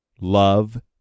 love